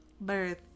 birth